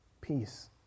Peace